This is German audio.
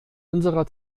unserer